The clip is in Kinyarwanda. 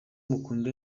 mukunda